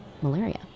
Malaria